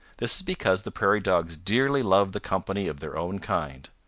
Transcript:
this is because the prairie dogs dearly love the company of their own kind.